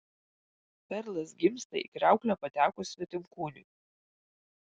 perlas gimsta į kriauklę patekus svetimkūniui